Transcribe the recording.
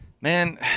Man